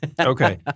Okay